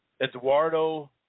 Eduardo